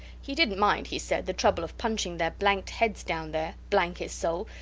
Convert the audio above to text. he didnt mind, he said, the trouble of punching their blanked heads down there, blank his soul,